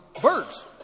birds